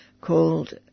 called